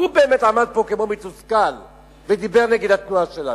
הוא באמת עמד פה כמו מתוסכל ודיבר נגד התנועה שלנו.